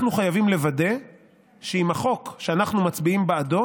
אנחנו חייבים לוודא שעם החוק שאנחנו מצביעים בעדו